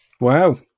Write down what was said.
Wow